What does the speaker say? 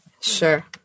Sure